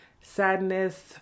sadness